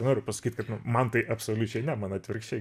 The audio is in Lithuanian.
noriu pasakyt kad man tai absoliučiai ne man atvirkščiai